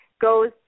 goes